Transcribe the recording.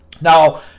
Now